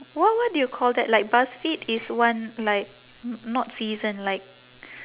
what what do you call that like buzzfeed is one like n~ not season like